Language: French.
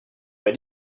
pas